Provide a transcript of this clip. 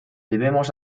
debemos